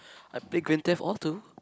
I play Grand Theft Auto